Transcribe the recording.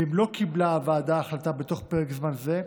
ואם לא קיבלה הוועדה החלטה בתוך פרק זמן זה,